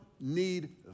need